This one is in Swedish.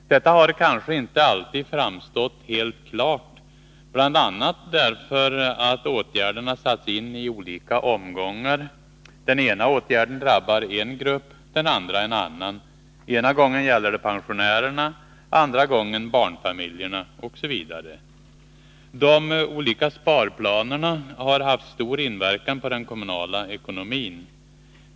Detta har kanske inte alltid framstått helt klart, bl.a. därför att åtgärderna satts in i olika omgångar. Den ena åtgärden drabbar en grupp, den andra en annan. Ena gången gäller det pensionärerna, andra gången barnfamiljerna osv. De olika sparplanerna har haft stor inverkan på den kommunala ekonomin.